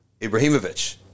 Ibrahimovic